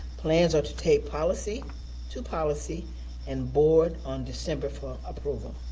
plans are to take policy to policy and board on december for approval.